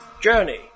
Journey